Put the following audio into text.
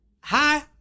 Hi